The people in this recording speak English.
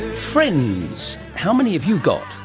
friends. how many have you got?